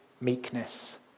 meekness